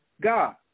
God